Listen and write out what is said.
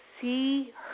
see